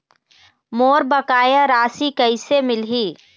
मोर बकाया राशि कैसे मिलही?